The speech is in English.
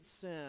sin